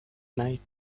night